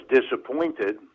disappointed